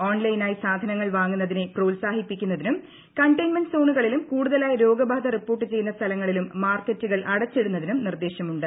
ഓൺലൈനായി വാങ്ങുന്നതിനെ സാധനങ്ങൾ പ്രോത്സാഹിപ്പിക്കുന്നതിനും കണ്ടയ്ൻമെന്റ് സോണുകളിലും കൂടുതലായി രോഗബാധ റിപ്പോർട്ട് ചെയ്യുന്ന സ്ഥലങ്ങളിലും മാർക്കറ്റുകൾ അടച്ചിടുന്നതിനും നിർദ്ദേശമുണ്ട്